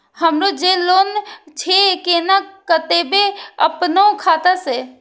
हमरो जे लोन छे केना कटेबे अपनो खाता से?